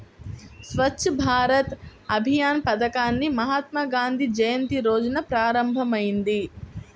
స్వచ్ఛ్ భారత్ అభియాన్ పథకాన్ని మహాత్మాగాంధీ జయంతి రోజున ప్రారంభమైంది